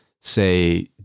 say